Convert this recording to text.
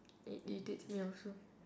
it irritates me also